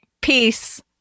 Peace